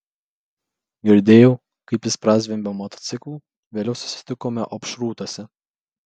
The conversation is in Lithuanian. girdėjau kaip jis prazvimbė motociklu vėliau susitikome opšrūtuose